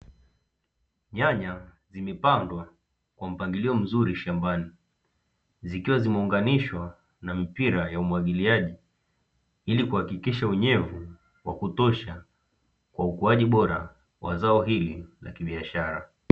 Nyanya zimepandwa kwa mpangilio mzuri shambani zikiwa zimeunganishwa na mipira ya umwagiliaji ili kuhakikisha unyevu wa kutosha kwa ukuaji bora wa zao hili la kibiashara.